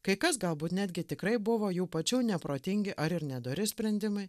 kai kas galbūt netgi tikrai buvo jų pačių neprotingi ar ir nedori sprendimai